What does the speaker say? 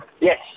Yes